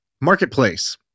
marketplace